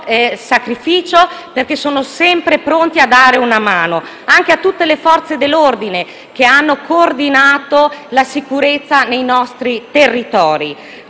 il loro sacrificio e perché sono sempre pronte a dare una mano. Penso anche a tutte le Forze dell'ordine, che hanno coordinato la sicurezza nei nostri territori.